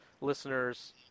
listeners